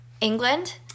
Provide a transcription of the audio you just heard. England